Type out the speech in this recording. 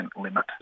limit